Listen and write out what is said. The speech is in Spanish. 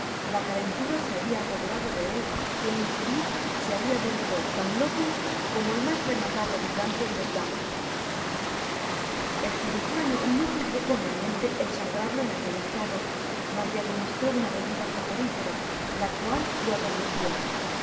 la calentara se habia apoderado de él y el infeliz se habia vuelto tan loco como el mas rematado habitante de bedlam el cirujano no juzgó conveniente el sangrarlo en aquel estado mas le administró una bebida soporifera la cual jo adormeció